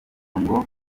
ngo